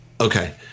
Okay